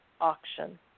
auction